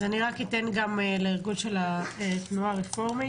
אז אני רק אתן גם לארגון של התנועה הרפורמית.